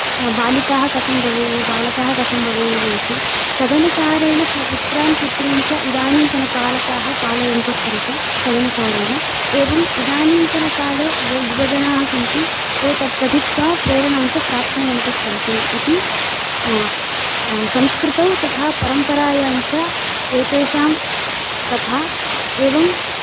बालिकाः कथं भवेयुः बालकाः कथं भवेयुः इति तदनुसारेण सुपुत्रान् पुत्रीन् च इदानीन्तनपालकाः पालयन्तः सन्ति तदनुसारेण एवं इदानीन्तनकाले ये युवजनाः सन्ति ते तत् पठित्वा प्रेरणां च प्राप्नुवन्तः सन्ति इति संस्कृतौ तथा परम्परायां च एतेषां कथा एवं